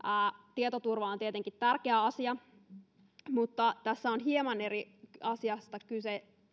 tietoturva on tietenkin tärkeä asia mutta tässä tällaisessa kahdensadan edustajan äänestämisessä on hieman eri asiasta kyse